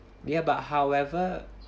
ya but however